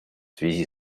связи